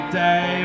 day